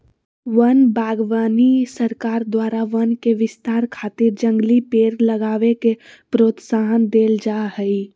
वन बागवानी सरकार द्वारा वन के विस्तार खातिर जंगली पेड़ लगावे के प्रोत्साहन देल जा हई